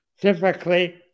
Typically